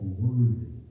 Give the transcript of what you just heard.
worthy